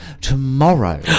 tomorrow